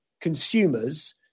consumers